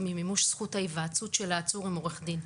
היא מימוש זכות ההיוועצות של העצור עם עורך דין.